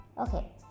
Okay